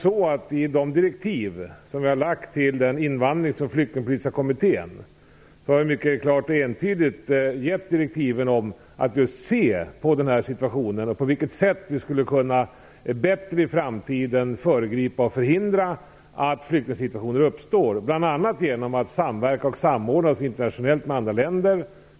I de direktiv som vi har gett Invandrings och flyktingpolitiska kommittén ingår klara och entydiga direktiv om att just se på den här situationen och på vilket sätt vi i framtiden bättre skall kunna föregripa och förhindra att flyktingsituationer uppstår. Det kan ske genom att vi samverkar och samordnar oss internationellt med andra länder.